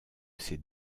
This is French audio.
ces